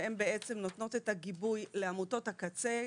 שהן בעצם נותנות את הגיבוי לעמותות הקצה,